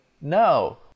no